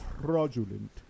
Fraudulent